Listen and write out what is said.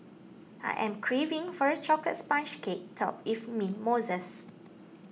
I am craving for a Chocolate Sponge Cake Topped with Mint Mousses